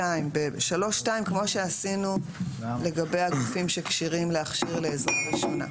כמו שעשינו לגבי הגופים שכשרים להכשיר לעזרה ראשונה.